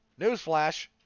newsflash